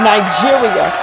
Nigeria